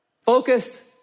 focus